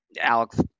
Alex